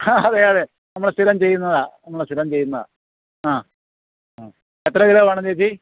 അതേ അതേ നമ്മൾ സ്ഥിരം ചെയ്യുന്നതാണ് നമ്മൾ സ്ഥിരം ചെയ്യുന്നതാണ് ആ അ എത്ര കിലോ വേണം ചേച്ചീ